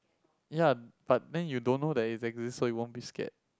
ya but then you don't know that is exist so you won't be scared